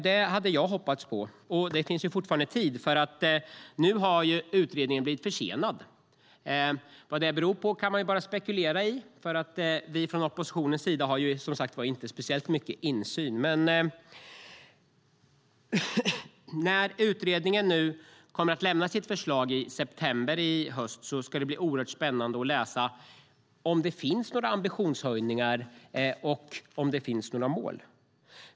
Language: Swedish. Det hade jag hoppats på. Det finns fortfarande tid för nu har utredningen blivit försenad. Vad det beror på kan man bara spekulera i. Vi i oppositionen har, som sagt, inte speciellt mycket insyn. När utredningen lämnar sitt förslag i september ska det bli oerhört spännande att läsa om det finns några ambitionshöjningar och om det finns några mål.